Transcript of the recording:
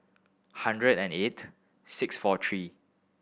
hundred and eight six four three